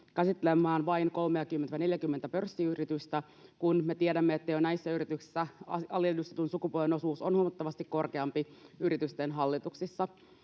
käsittelemään vain 30—40:tä pörssiyritystä, kun me tiedämme, että näiden yritysten hallituksissa aliedustetun sukupuolen osuus on jo huomattavasti korkeampi. Olen hyvin